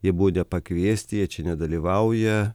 jie buvo nepakviesti jie čia nedalyvauja